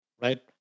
right